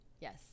Yes